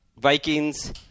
Vikings